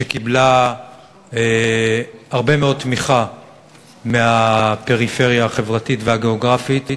שקיבלה הרבה מאוד תמיכה מהפריפריה החברתית והדמוגרפית: